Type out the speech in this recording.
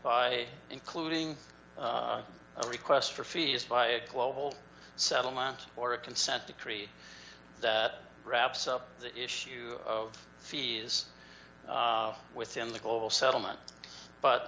by including a request for fetus by a global settlement or a consent decree that wraps up the issue of fees within the global settlement but